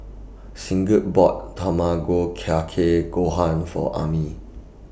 Sigurd bought Tamago Kake Gohan For Amir